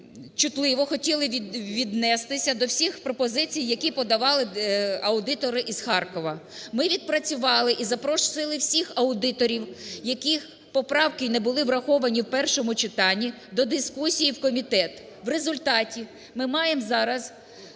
чутливо хотіли віднестися до всіх пропозицій, які подавали аудитори із Харкова. Ми відпрацювали і запросили всіх аудиторів, яких поправки не були враховані в першому витанні до дискусії в комітет. В результаті ми маємо зараз